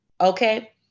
okay